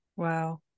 Wow